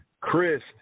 Chris